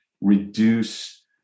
reduce